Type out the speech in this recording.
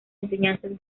enseñanzas